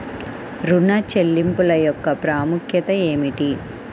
ఋణ చెల్లింపుల యొక్క ప్రాముఖ్యత ఏమిటీ?